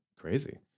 Crazy